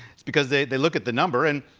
it's because they they look at the number and,